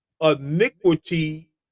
iniquity